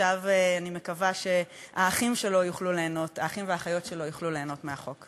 שעכשיו אני מקווה שהאחים והאחיות שלו יוכלו ליהנות מהחוק.